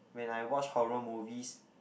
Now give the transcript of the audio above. when I watch horror movies